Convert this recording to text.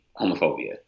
homophobia